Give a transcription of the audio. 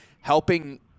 helping